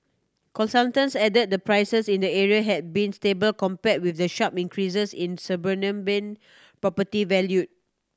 consultants added the prices in the area had been stable compared with the sharp increases in suburban property value